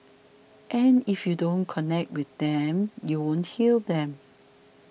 and if you don't connect with them you won't heal them